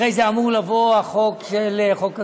אחרי זה אמור לבוא החוק של, חוק הגליל,